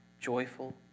joyful